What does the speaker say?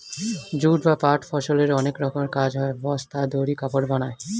jute বা পাট ফসলের অনেক রকমের কাজ হয়, বস্তা, দড়ি, কাপড় বানায়